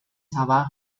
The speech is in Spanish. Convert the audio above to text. sabah